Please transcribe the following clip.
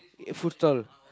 food stall